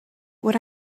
would